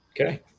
okay